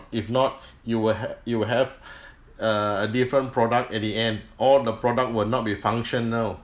if not you will have you will have err a different product at the end all the product will not be functional